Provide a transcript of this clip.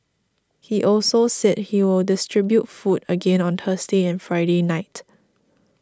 he also said he will distribute food again on Thursday and Friday night